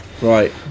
Right